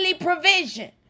provision